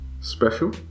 special